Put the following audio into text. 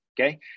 okay